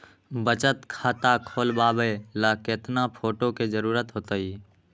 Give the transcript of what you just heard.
बचत खाता खोलबाबे ला केतना फोटो के जरूरत होतई?